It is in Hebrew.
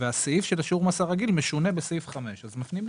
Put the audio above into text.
הסעיף שבשיעור המס הרגיל משונה בסעיף 5. לכן מפנים לשם.